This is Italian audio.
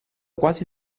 quasi